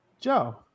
Joe